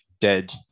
dead